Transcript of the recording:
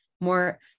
more